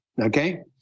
okay